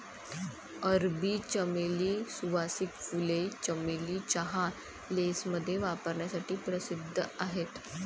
अरबी चमेली, सुवासिक फुले, चमेली चहा, लेसमध्ये वापरण्यासाठी प्रसिद्ध आहेत